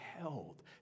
held